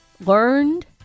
learned